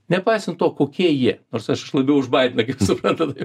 nepaisant to kokie jie nors aš labiau už baideną kaip suprantat